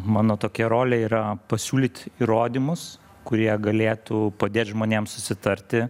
mano tokia rolė yra pasiūlyt įrodymus kurie galėtų padėt žmonėm susitarti